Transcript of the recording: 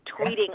tweeting